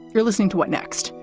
you're listening to what next?